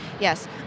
Yes